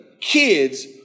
kids